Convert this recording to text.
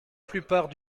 plupart